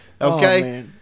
Okay